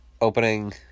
opening